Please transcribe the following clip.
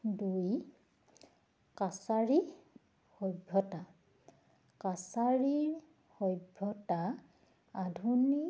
দুই কাছাৰী সভ্যতা কাছাৰীৰ সভ্যতা আধুনিক